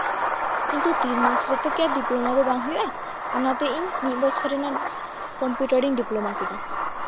ᱠᱤᱱᱛᱩ ᱛᱤᱱ ᱢᱟᱥ ᱨᱮᱛᱚ ᱠᱤ ᱰᱤᱯᱞᱳᱢᱟ ᱫᱚ ᱵᱟᱝ ᱦᱩᱭᱩᱜᱼᱟ ᱚᱱᱟᱛᱮ ᱤᱧ ᱢᱤᱫ ᱵᱚᱪᱷᱚᱨ ᱨᱮᱱᱟᱜ ᱠᱚᱢᱯᱤᱭᱩᱴᱟᱨᱤᱧ ᱰᱤᱯᱞᱳᱢᱟ ᱠᱮᱫᱟ